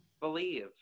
believe